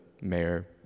mayor